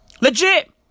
Legit